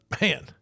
man